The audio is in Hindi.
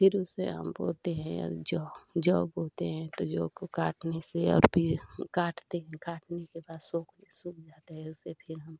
फ़िर उसे हम बोते हैं और जो जो बोते है तो जो को काटने से और फ़िर काटते काटने के बाद सूख सूख जाते है उसे फ़िर हम